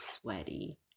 sweaty